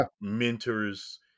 mentors